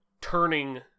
turning